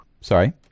sorry